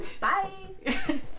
Bye